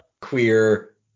queer